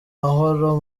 mahoro